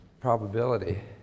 probability